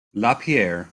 lapierre